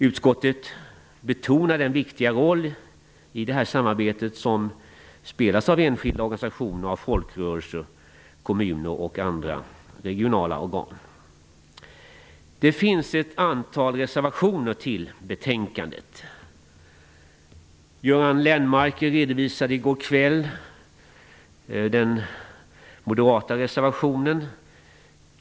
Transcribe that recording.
Utskottet betonar den viktiga roll som enskilda organisationer och folkrörelser, kommuner och andra regionala organ spelar i detta samarbete. Det finns ett antal reservationer till betänkandet. Göran Lennmarker redovisade i går kväll den moderata reservationen.